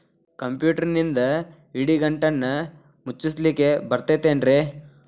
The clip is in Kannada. ಕಂಪ್ಯೂಟರ್ನಿಂದ್ ಇಡಿಗಂಟನ್ನ ಮುಚ್ಚಸ್ಲಿಕ್ಕೆ ಬರತೈತೇನ್ರೇ?